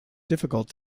difficult